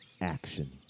Action